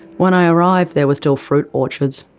when i arrived there were still fruit orchards,